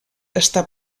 està